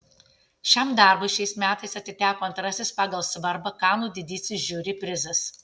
šiam darbui šiais metais atiteko antrasis pagal svarbą kanų didysis žiuri prizas